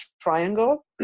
triangle